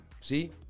See